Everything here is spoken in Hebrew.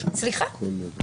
סליחה.